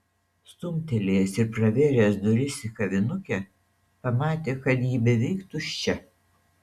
stumtelėjęs ir pravėręs duris į kavinukę pamatė kad ji beveik tuščia